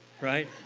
right